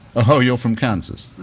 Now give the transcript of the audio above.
oh you're from kansas,